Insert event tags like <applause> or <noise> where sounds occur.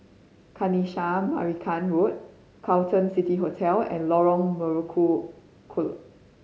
Kanisha Marican Road Carlton City Hotel and Lorong Melukut <unintelligible>